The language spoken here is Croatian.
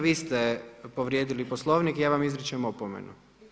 Vi ste povrijedili Poslovnik i ja vam izričem opomenu.